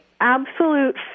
absolute